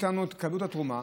מאיתנו תקבלו את התרומה.